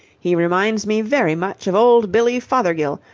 he reminds me very much of old billy fothergill,